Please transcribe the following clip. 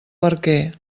barquer